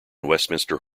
westminster